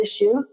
issue